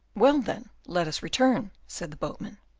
well, then, let us return, said the boatman.